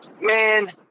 man